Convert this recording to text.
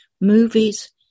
movies